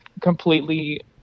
completely